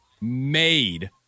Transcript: made